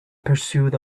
pursuit